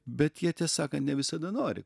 bet jie tiesą sakant ne visada nori